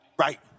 Right